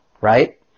right